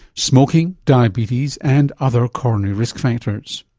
smoking, diabetes and other coronary risk factors.